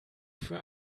für